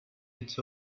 its